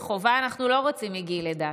חובה אנחנו לא רוצים מגיל לידה,